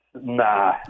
Nah